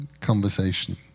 conversation